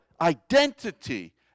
identity